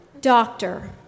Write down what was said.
doctor